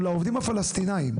הוא לעובדים הפלסטינים.